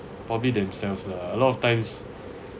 probably themselves lah a lot of times